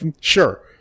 sure